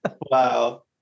Wow